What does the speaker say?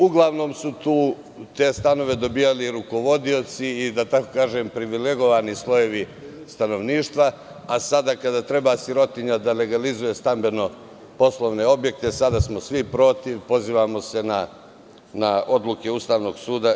Uglavnom su te stanove dobijali rukovodioci i privilegovani slojevi stanovništva, a sada kada treba sirotinja da legalizuje stambeno-poslovne objekte svi smo protiv i pozivamo se na odluke Ustavnog suda.